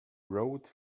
rode